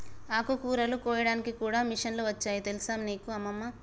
ఆకుకూరలు కోయడానికి కూడా మిషన్లు వచ్చాయి తెలుసా నీకు అమ్మమ్మ